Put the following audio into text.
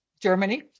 Germany